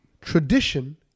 Tradition